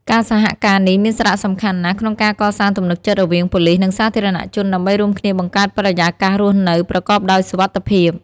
ការសហការនេះមានសារៈសំខាន់ណាស់ក្នុងការកសាងទំនុកចិត្តរវាងប៉ូលិសនិងសាធារណជនដើម្បីរួមគ្នាបង្កើតបរិយាកាសរស់នៅប្រកបដោយសុវត្ថិភាព។